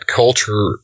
culture